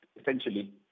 essentially